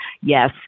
yes